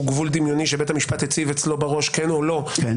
גבול דמיוני שבית המשפט הציב אצלו בראש כן או לא -- כן.